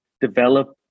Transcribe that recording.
develop